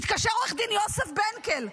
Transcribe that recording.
מתקשר עו"ד יוסף בנקל,